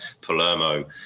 Palermo